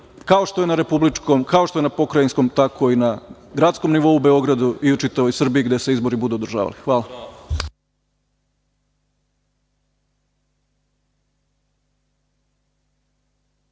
kao što je na republičkom, kao što je na pokrajinskom, tako i na gradskom nivou u Beogradu i u čitavoj Srbiji gde se izbori budu održavali. Hvala.